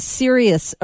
serious